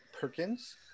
perkins